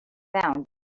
found